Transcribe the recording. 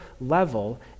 level